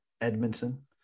Edmondson